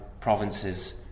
Provinces